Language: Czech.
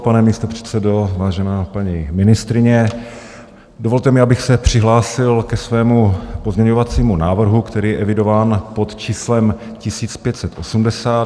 Pane místopředsedo, vážená paní ministryně, dovolte mi, abych se přihlásil ke svému pozměňovacímu návrhu, který je evidován pod číslem 1580.